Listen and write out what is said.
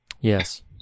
Yes